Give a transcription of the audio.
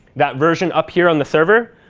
that version up here on the server,